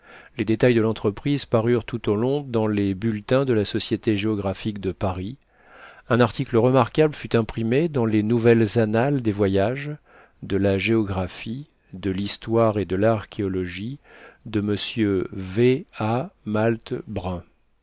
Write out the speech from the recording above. les détails de lentreprise parurent tout au long dans les bulletins de la société géographique de paris un article remarquable fut imprimé dans les nouvelles annales des voyages de la géographie de l'histoire et de l'archéologie de m v a malte brun